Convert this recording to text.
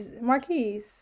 Marquise